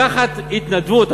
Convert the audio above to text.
לקחת התנדבות,